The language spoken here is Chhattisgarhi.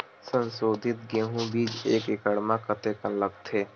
संसोधित गेहूं बीज एक एकड़ म कतेकन लगथे?